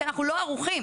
כי אנחנו לא ערוכים,